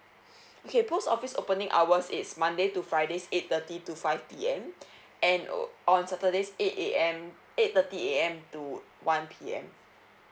okay post office opening hours it's monday to fridays eight thirty to five P_M and on saturdays eight A_M eight thirty A_M to one P_M